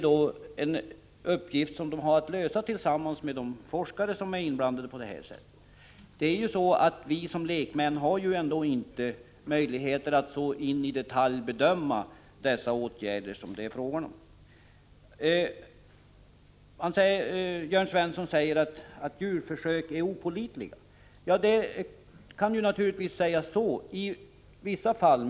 Denna uppgift skall nämnden lösa tillsammans med de forskare som är inblandade. Vi som är lekmän har inte möjlighet att så i detalj bedöma de åtgärder som det är fråga om. Jörn Svensson säger att djurförsök är opålitliga. I vissa fall kan man naturligtvis hävda det.